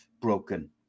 broken